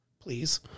please